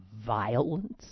violence